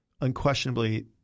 unquestionably